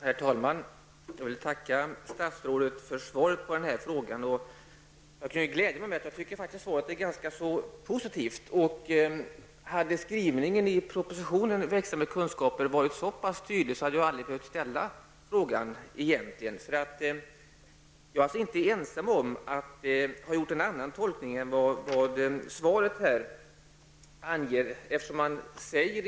Herr talman! Jag vill tacka statsrådet för svaret på denna fråga. Jag glädjer mig över att svaret är ganska positivt. Hade skrivningen i propositionen Växa med kunskaper varit så tydlig, hade jag egentligen aldrig behövt ställa frågan. Jag är inte ensam om att ha gjort en annan tolkning av texten än vad svaret anger.